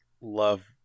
love